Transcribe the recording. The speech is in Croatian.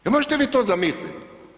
Jel možete vi to zamisliti?